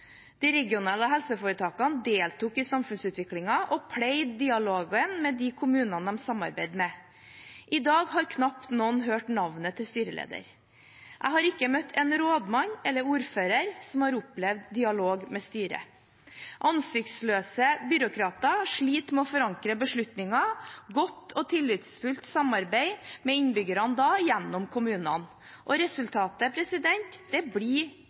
De regionale helseforetakene deltok i samfunnsutviklingen og pleide dialogen med de kommunene de samarbeidet med. I dag har knapt noen hørt navnet til styrelederen. Jeg har ikke møtt en rådmann eller en ordfører som har opplevd dialog med styret. Ansiktsløse byråkrater sliter med å forankre beslutninger og godt og tillitsfullt samarbeid med innbyggerne gjennom kommunene. Resultatet blir mistillit. Det ser vi gjennom engasjement som f.eks. bunadsgeriljaens mobilisering og